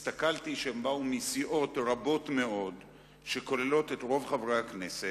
וראיתי שהן באו מסיעות רבות מאוד שכוללות את רוב חברי הכנסת,